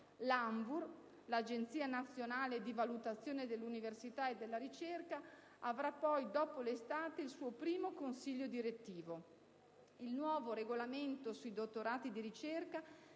L'ANVUR (Agenzia nazionale per la valutazione del sistema universitario e della ricerca) avrà dopo l'estate il suo primo consiglio direttivo. Il nuovo regolamento sui dottorati di ricerca